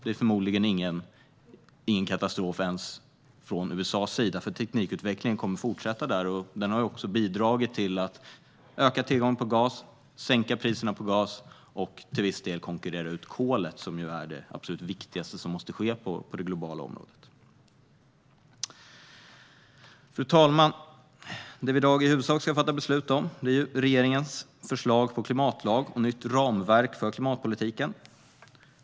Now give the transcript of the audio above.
Det är förmodligen ingen katastrof för USA heller, för teknikutvecklingen kommer att fortsätta där. Den har också bidragit till att öka tillgången och sänka priserna på gas och till att till viss del konkurrera ut kolet, som ju är det absolut viktigaste som måste ske på det globala området. Fru talman! Det vi i dag i huvudsak ska fatta beslut om är regeringens förslag till klimatlag och nytt ramverk för klimatpolitiken.